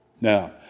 Now